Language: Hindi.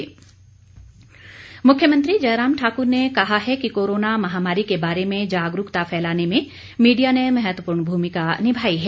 जयराम ठाकर मुख्यमंत्री जयराम ठाक्र ने कहा है कि कोरोना महामारी के बारे में जागरूकता फैलाने में मीडिया ने महत्वपूर्ण भूमिका निमाई है